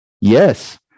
Yes